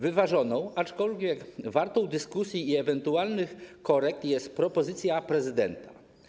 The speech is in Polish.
Wyważona, aczkolwiek warta dyskusji i ewentualnych korekt, jest propozycja prezydenta.